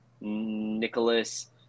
Nicholas